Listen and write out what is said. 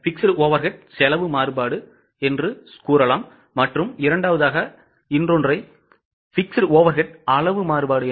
fixed overhead செலவு மாறுபாடு மற்றும் fixed overhead அளவு மாறுபாடு